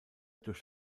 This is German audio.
durch